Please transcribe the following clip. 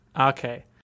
Okay